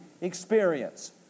experience